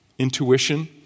intuition